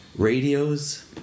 radios